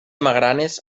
magranes